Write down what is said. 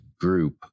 group